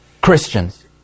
Christians